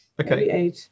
Okay